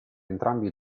entrambi